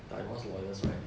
divorce lawyers right